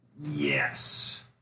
Yes